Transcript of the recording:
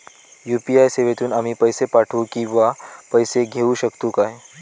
UPI सेवेतून आम्ही पैसे पाठव किंवा पैसे घेऊ शकतू काय?